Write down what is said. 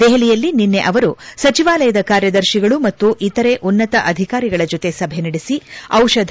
ದೆಹಲಿಯಲ್ಲಿ ನಿನ್ನೆ ಅವರು ಸಚಿವಾಲಯದ ಕಾರ್ಯದರ್ತಿಗಳು ಮತ್ತು ಇತರೆ ಉನ್ನತ ಅಧಿಕಾರಿಗಳ ಜತೆ ಸಭೆ ನಡೆಸಿ ದಿಷಧ